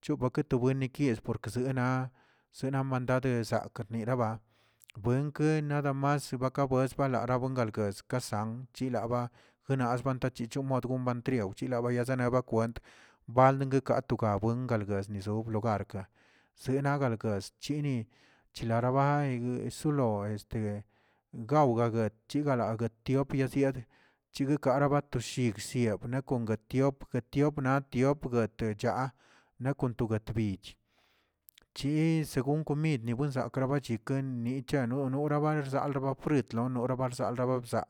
chop paquete bueno yez porke sana, sede mandader sakə gueraba buen buen nadamas bakabues arabuen galgues san chilaba, jenaxba tanta chichon koche matriawchi bayazene bakweeb balg kekatoga buenl kelgues ni xobnu reka, yegangalgaz chini chilarabay solo gaonaguet yagot diop diadexz chiguekaraga chi shiasne kon ga tiop tiop na tiop techa na kontu yetbich, chi según komidni zkra bachikə machano norabano bzalaba ba friut onorabzalxrababzaa.